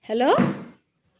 hello